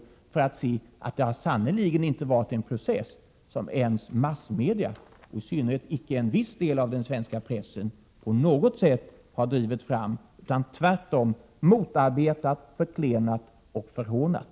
Då skulle man se att det sannerligen inte har varit en process som ens massmedia, i synnerhet icke en viss del av den svenska pressen, på något sätt har drivit fram, utan tvärtom motarbetat, förklenat och förhånat.